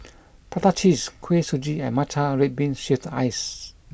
Prata Cheese Kuih Suji and Matcha Red Bean Shaved Ice